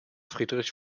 friedrich